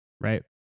right